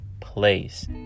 place